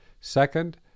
Second